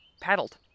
paddled